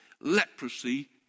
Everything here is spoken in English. leprosy